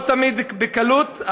לא תמיד בקלות,